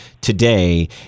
today